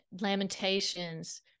Lamentations